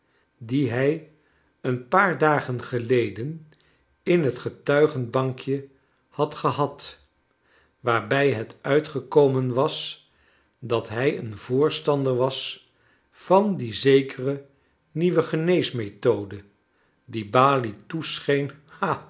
dien hij een paar dagen geleden in het getuigenbankje had gehad waarbij het uitgekomen was dat hij een voorstander was van die zekere nieuwe genees met node die balie toescheen